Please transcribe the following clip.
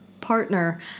partner